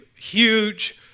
huge